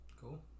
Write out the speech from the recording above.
Cool